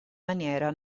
maniera